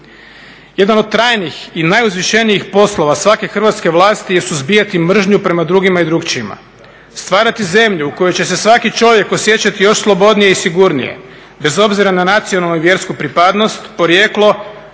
Jedan od trajnih i najuzvišenijih poslova svake hrvatske vlasti je suzbijati mržnju prema drugima i drukčijima. Stvarati zemlju u kojoj će se svaki čovjek osjećati još slobodnije i sigurnije bez obzira na nacionalnu i vjersku pripadnost, porijeklo,